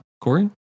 Corey